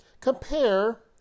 compare